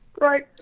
Right